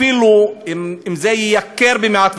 אפילו אם זה ייקר במעט,